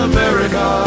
America